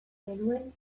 genuen